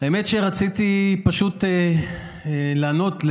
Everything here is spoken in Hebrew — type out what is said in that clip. האמת שרציתי פשוט לענות,